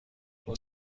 این